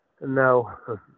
No